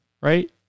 right